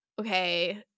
okay